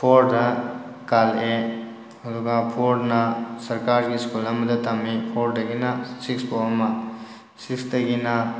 ꯐꯣꯔꯗ ꯀꯥꯜꯂꯛꯑꯦ ꯑꯗꯨꯒ ꯐꯣꯔꯅ ꯁꯔꯀꯥꯔꯒꯤ ꯁ꯭ꯀꯨꯜ ꯑꯃꯗ ꯇꯝꯃꯤ ꯐꯣꯔꯗꯒꯤꯅ ꯁꯤꯛꯁꯐꯥꯎ ꯑꯃ ꯁꯤꯛꯁꯇꯒꯤꯅ